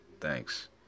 thanks